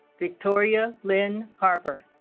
victoria lynn harper